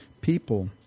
people